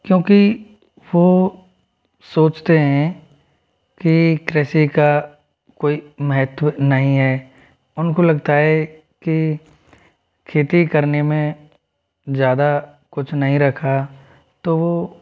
क्योंकि वो सोचते हैं कि कृषि का कोई महत्व नहीं है उनको लगता है कि खेती करने में ज़्यादा कुछ नहीं रखा तो वो